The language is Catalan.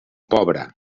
pobre